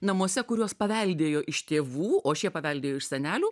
namuose kuriuos paveldėjo iš tėvų o šie paveldėjo iš senelių